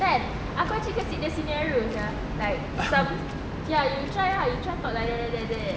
kan aku actually kasi dia scenarios sia like some ya you try lah you try talk like that